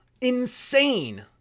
insane